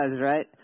right